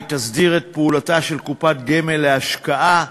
היא תסדיר את פעולתה של קופת גמל להשקעה,